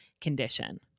condition